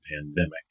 pandemic